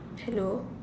hello